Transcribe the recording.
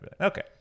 Okay